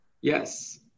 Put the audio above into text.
yes